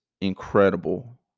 incredible